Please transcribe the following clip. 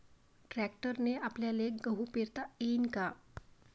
ट्रॅक्टरने आपल्याले गहू पेरता येईन का?